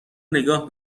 نگاه